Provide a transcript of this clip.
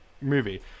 movie